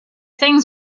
things